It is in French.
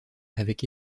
avec